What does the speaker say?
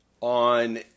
on